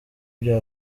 bya